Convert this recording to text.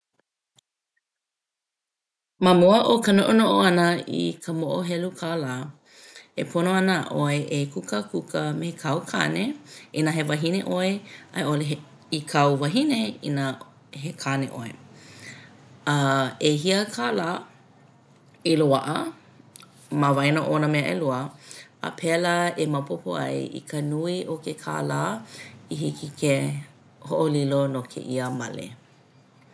Ma mua o ka noʻonoʻo ʻana i ka moʻohelu kālā e pono ana ʻoe e kūkākūkā me kāu kane inā he wahine ʻoe a i ʻole i kāu wahine inā he kāne ʻoe. ʻEhia kālā i loaʻa ma waena o nā mea ʻelua a pēlā e maopopo ai i ka nui o ke kālā i hiki ke hoʻolilo no kēia male.